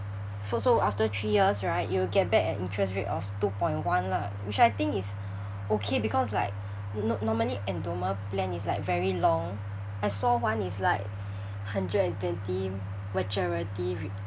so so after three years right you'll get back an interest rate of two point one lah which I think it's okay because like n~ normally endowment plan is like very long I saw one it's like hundred and twenty maturity re~